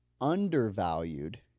undervalued